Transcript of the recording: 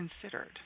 considered